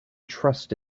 trust